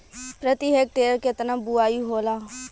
प्रति हेक्टेयर केतना बुआई होला?